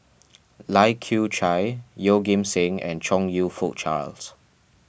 Lai Kew Chai Yeoh Ghim Seng and Chong You Fook Charles